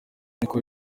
niko